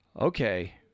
okay